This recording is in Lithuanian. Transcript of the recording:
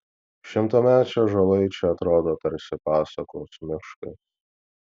šimtamečiai ąžuolai čia atrodo tarsi pasakos miškas